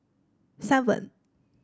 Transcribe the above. seven